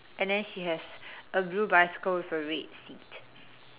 and then she has a blue bicycle with a red seat